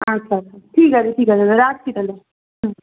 আচ্ছা আচ্ছা ঠিক আছে ঠিক আছে রাখছি তাহলে হুম